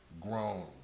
grown